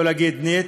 לא להגיד "נייט".